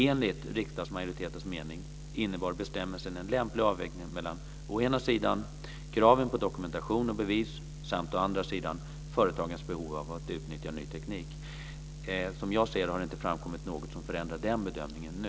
Enligt riksdagsmajoritetens mening innebar bestämmelsen en lämplig avvägning mellan å ena sidan kraven på dokumentation och bevis samt å andra sidan företagens behov av att utnyttja ny teknik. Som jag ser det har det inte framkommit något som förändrar den bedömningen nu.